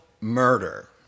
murder